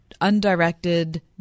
undirected